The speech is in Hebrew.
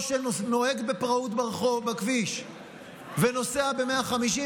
או שנוהג בפראות בכביש ונוסע במהירות של 150